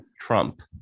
Trump